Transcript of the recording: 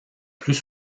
plus